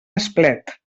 esplet